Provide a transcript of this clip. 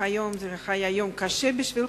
שהיום היה יום קשה בשבילך,